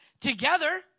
together